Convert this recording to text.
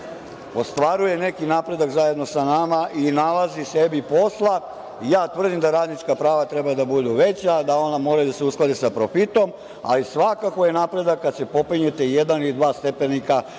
ostvaruje neki napredak zajedno sa nama i nalazi sebi posla. Tvrdim da radnička prava treba da budu veća, da ona moraju da se usklade sa profitom, a i svakako je napredak kad se popnete jedan ili dva stepenika,